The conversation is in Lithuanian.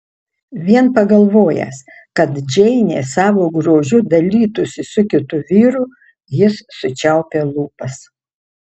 vien pagalvojęs kad džeinė savo grožiu dalytųsi su kitu vyru jis sučiaupė lūpas